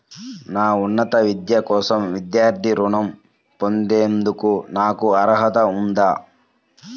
నా ఉన్నత విద్య కోసం విద్యార్థి రుణం పొందేందుకు నాకు అర్హత ఉందా?